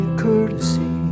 courtesy